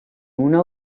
una